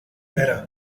era